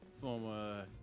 former